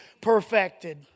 perfected